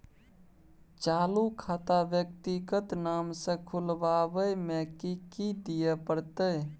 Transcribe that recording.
चालू खाता व्यक्तिगत नाम से खुलवाबै में कि की दिये परतै?